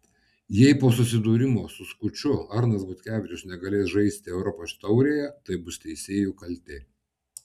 jei po susidūrimo su skuču arnas butkevičius negalės žaisti europos taurėje tai bus teisėjų kaltė